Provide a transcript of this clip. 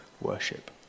worship